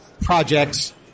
projects